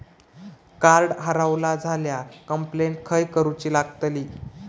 Card हरवला झाल्या complaint खय करूची लागतली?